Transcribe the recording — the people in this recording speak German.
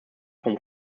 vom